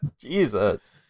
Jesus